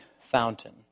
fountain